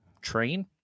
train